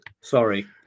sorry